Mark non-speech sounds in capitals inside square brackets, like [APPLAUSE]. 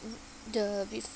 [NOISE] the with